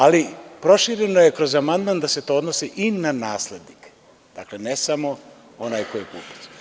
Ali, prošireno je kroz amandman da se to odnosi i na naslednike, dakle ne samo onaj koji je kupac.